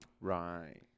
Right